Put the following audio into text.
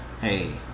hey